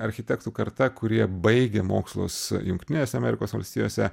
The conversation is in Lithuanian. architektų karta kurie baigė mokslus jungtinėse amerikos valstijose